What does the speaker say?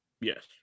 Yes